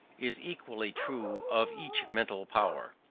is equally true of each mental power,